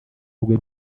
rwe